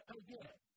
again